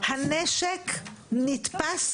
הנשק נתפס